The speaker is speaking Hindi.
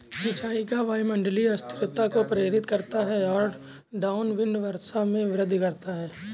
सिंचाई का वायुमंडलीय अस्थिरता को प्रेरित करता है और डाउनविंड वर्षा में वृद्धि करता है